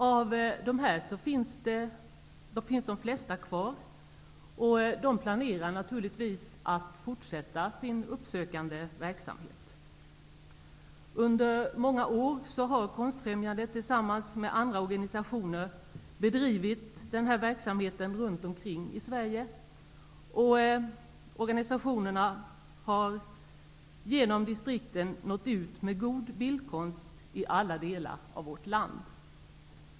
Av dessa finns de flesta kvar och de planerar naturligtvis att fortsätta sin uppsökande verksamhet. Under många år har Konstfrämjandet tillsammans med andra organisationer bedrivit den här verksamheten runt om i Sverige. Organisationerna har genom distrikten nått ut med god bildkonst i alla delar av vårt land.